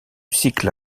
cycle